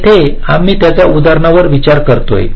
येथे आम्ही त्याच उदाहरणावर विचार करतोय